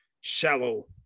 shallow